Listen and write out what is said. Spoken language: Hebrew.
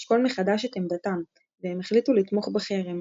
לשקול מחדש את עמדתם, והם החליטו לתמוך בחרם.